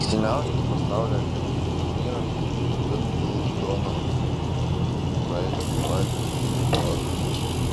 seniausias pasaulyje teniso turnyras vimbldonas praėjusią savaitę oficialiai buvo atšauktas